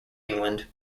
england